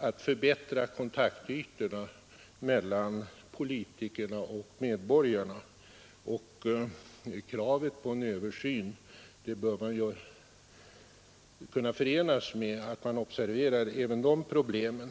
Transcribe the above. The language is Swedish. angeläget att kontaktytorna mellan politikerna och övriga medborgare förbättras. Kravet på en översyn av lagen bör kunna förenas med att man observerar även de problemen.